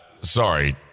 sorry